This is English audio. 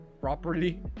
properly